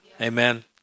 Amen